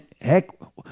heck